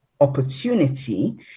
opportunity